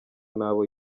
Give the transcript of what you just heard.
nabo